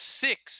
six